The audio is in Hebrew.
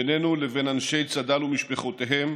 בינינו לבין אנשי צד"ל ומשפחותיהם